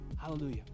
Hallelujah